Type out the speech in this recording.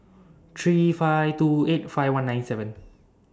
three five two eight five one nine seven